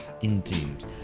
indeed